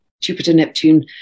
Jupiter-Neptune